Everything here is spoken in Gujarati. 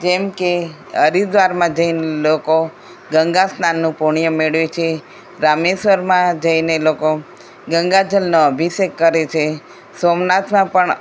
કેમકે હરિદ્વારમાં જઈને લોકો ગંગા સ્નાનનું પુણ્ય મેળવે છે રામેશ્વરમાં જઈને લોકો ગંગાજળનો અભિષેક કરે છે સોમનાથમાં પણ